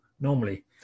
normally